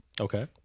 okay